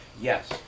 Yes